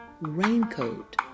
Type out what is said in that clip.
Raincoat